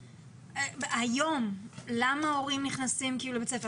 למה הורים לבית הספר?